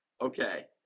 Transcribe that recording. Okay